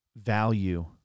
value